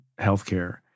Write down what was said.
healthcare